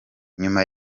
nyuma